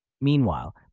Meanwhile